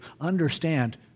understand